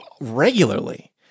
regularly